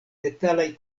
detalaj